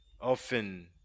Often